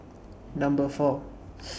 Number four